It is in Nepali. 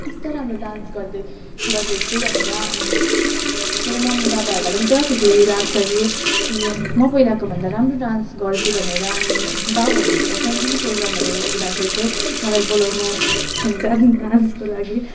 यस्तो राम्रो डान्स गर्दै गर्दैछु भनेर मे मेरो मम्मी बाबाहरूलाई पनि पुरा खुसी लाग्छ कि कि म पहिलाको भन्दा राम्रो डान्स गर्छु भनेर अनि गाउँहरूतिर सानसानो प्रोग्रामहरू राखेर चाहिँ मलाई बोलाउनु हुन्छ डान्सको लागि